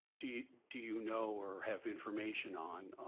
do do you know or have information on?